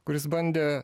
kuris bandė